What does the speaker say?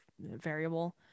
variable